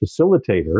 facilitator